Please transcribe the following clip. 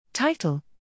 Title